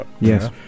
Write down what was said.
Yes